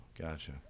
gotcha